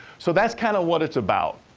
so, that's kinda what it's about.